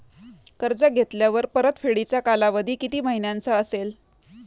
कर्ज घेतल्यावर परतफेडीचा कालावधी किती महिन्यांचा असेल?